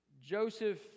Joseph